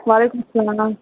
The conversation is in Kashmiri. وعلیکُم السَلام